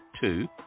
Two